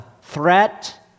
threat